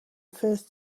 first